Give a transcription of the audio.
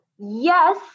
Yes